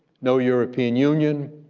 no european union,